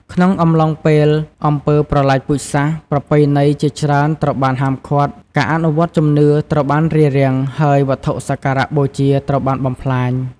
ក្នុងអំឡុងពេលអំពើប្រល័យពូជសាសន៍ ប្រពៃណីជាច្រើនត្រូវបានហាមឃាត់ ការអនុវត្តន៍ជំនឿត្រូវបានរារាំង ហើយវត្ថុសក្ការៈបូជាត្រូវបានបំផ្លាញ។